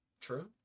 True